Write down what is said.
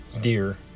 deer